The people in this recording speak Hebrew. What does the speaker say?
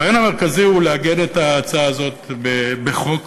הרעיון המרכזי הוא לעגן את ההצעה הזאת בחוק.